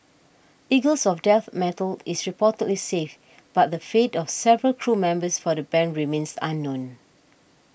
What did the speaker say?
Eagles of Death Metal is reportedly safe but the fate of several crew members for the band remains unknown